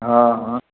हाँ हाँ